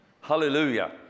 Hallelujah